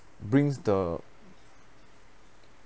brings the